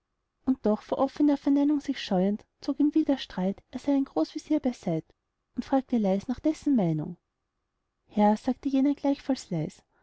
und doch vor offener verneinung sich scheuend zog im widerstreit er seinen großvezier beiseit und fragte leis nach dessen meinung herr sagte jener gleichfalls